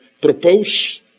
propose